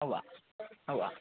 ഉവാ ഉവാ